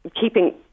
keeping